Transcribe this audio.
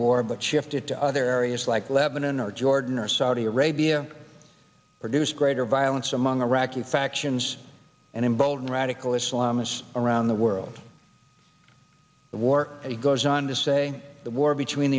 war but shifted to other areas like lebanon or jordan or saudi arabia produce greater violence among iraqi factions and embolden radical islamists around the world war he goes on to say the war between